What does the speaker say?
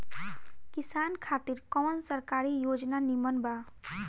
किसान खातिर कवन सरकारी योजना नीमन बा?